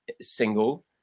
single